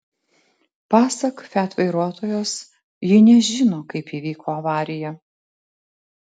pasak fiat vairuotojos ji nežino kaip įvyko avarija